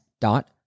dot